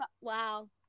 Wow